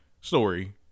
story